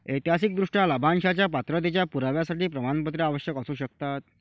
ऐतिहासिकदृष्ट्या, लाभांशाच्या पात्रतेच्या पुराव्यासाठी प्रमाणपत्रे आवश्यक असू शकतात